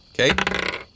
Okay